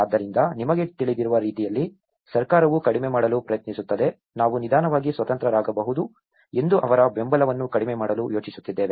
ಆದ್ದರಿಂದ ನಿಮಗೆ ತಿಳಿದಿರುವ ರೀತಿಯಲ್ಲಿ ಸರ್ಕಾರವು ಕಡಿಮೆ ಮಾಡಲು ಪ್ರಯತ್ನಿಸುತ್ತದೆ ನಾವು ನಿಧಾನವಾಗಿ ಸ್ವತಂತ್ರರಾಗಬಹುದು ಎಂದು ಅವರ ಬೆಂಬಲವನ್ನು ಕಡಿಮೆ ಮಾಡಲು ಯೋಜಿಸುತ್ತಿದ್ದೇವೆ